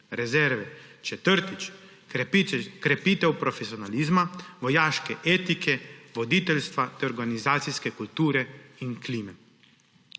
rezerve. Četrtič, krepitev profesionalizma, vojaške etike, voditeljstva ter organizacijske kulture in klime.